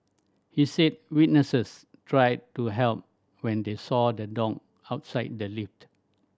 he said witnesses tried to help when they saw the dog outside the lift